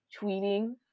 tweeting